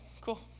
cool